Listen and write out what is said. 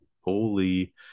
holy